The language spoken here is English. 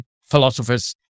philosophers